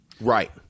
Right